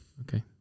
Okay